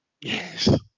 Yes